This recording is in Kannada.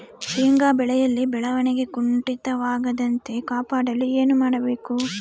ಶೇಂಗಾ ಬೆಳೆಯಲ್ಲಿ ಬೆಳವಣಿಗೆ ಕುಂಠಿತವಾಗದಂತೆ ಕಾಪಾಡಲು ಏನು ಮಾಡಬೇಕು?